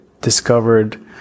discovered